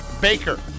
Baker